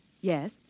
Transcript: Yes